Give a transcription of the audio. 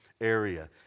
area